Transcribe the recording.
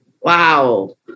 Wow